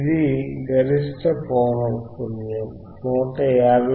ఇది గరిష్ట పౌనఃపున్యం 159